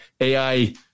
AI